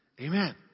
Amen